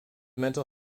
mental